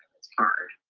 it's hard.